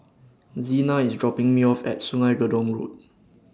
Xena IS dropping Me off At Sungei Gedong Road